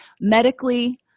medically